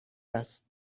است